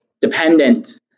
dependent